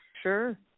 Sure